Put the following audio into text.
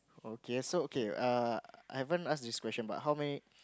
okay so okay uh I haven't ask this question but how many